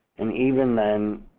and even then,